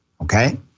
Okay